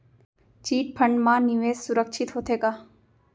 Chit fund मा निवेश सुरक्षित होथे का?